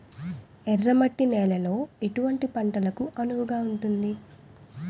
ఎర్ర మట్టి నేలలో ఎటువంటి పంటలకు అనువుగా ఉంటుంది?